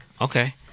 Okay